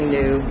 new